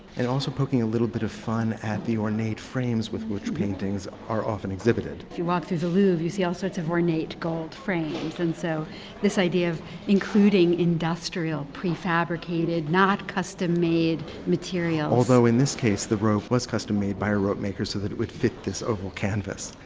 and also poking a little bit of fun at the ornate frames with which paintings are often exhibited. if you walk through the louvre, you see all sorts of ornate gold frames, and so this idea of including industrial, pre-fabricated, not custom-made materials. although, in this case, the was custom-made by a rope maker so that it would fit this oval canvas.